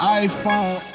iPhone